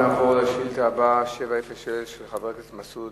נעבור לשאילתא הבאה, 706, של חבר הכנסת מסעוד